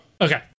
okay